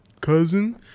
cousin